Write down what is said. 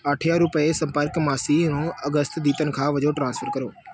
ਅੱਠ ਹਜ਼ਾਰ ਰੁਪਏ ਸੰਪਰਕ ਮਾਸੀ ਨੂੰ ਅਗਸਤ ਦੀ ਤਨਖਾਹ ਵਜੋਂ ਟ੍ਰਾਂਸਫਰ ਕਰੋ